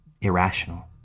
irrational